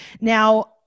now